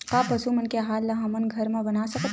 का पशु मन के आहार ला हमन घर मा बना सकथन?